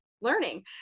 Learning